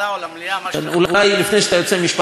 אולי לפני שאתה יוצא, משפט אחד על האמוניה.